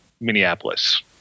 Minneapolis